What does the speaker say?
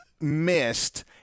missed